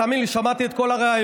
תאמין לי, שמעתי את כל הריאיון.